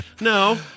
No